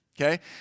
Okay